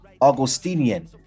Augustinian